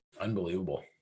Unbelievable